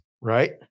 Right